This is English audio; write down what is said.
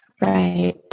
Right